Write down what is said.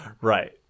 Right